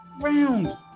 round